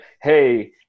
Hey